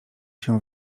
się